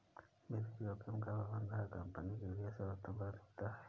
वित्तीय जोखिम का प्रबंधन हर कंपनी के लिए सर्वोच्च प्राथमिकता है